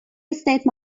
estate